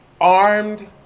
Armed